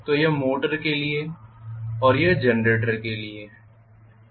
तो यह मोटर के लिए है और यह जनरेटर के लिए है